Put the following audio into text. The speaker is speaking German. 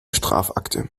strafakte